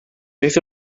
beth